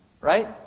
Right